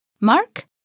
Mark